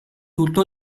tutto